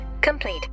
complete